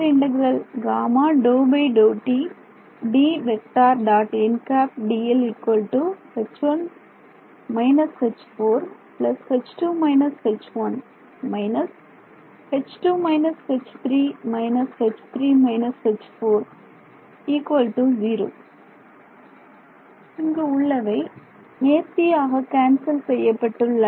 இங்கு உள்ளவை நேர்த்தியாக கேன்சல் செய்யப்பட்டுள்ளன